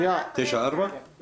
לא.